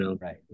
right